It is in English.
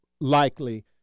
likely